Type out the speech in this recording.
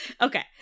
Okay